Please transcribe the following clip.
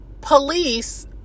police